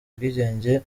ubwigenge